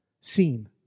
seen